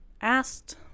asked